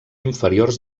inferiors